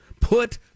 put